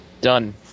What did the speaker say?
done